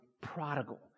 prodigal